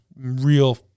real